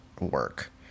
work